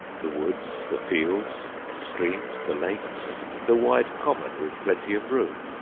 the woods, the fields, the streams, the lakes, the wide common with plenty of room,